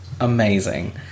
amazing